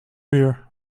muur